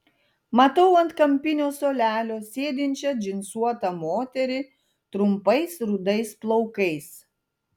matau ant kampinio suolelio sėdinčią džinsuotą moterį trumpais rudais plaukais